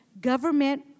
government